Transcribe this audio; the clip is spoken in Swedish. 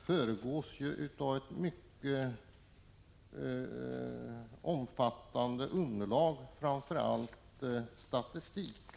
föregås av ett mycket omfattande underlag, framför allt i form av statistik.